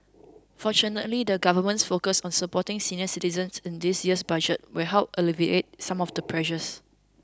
fortunately the government's focus on supporting senior citizens in this year's Budget will help alleviate some of the pressures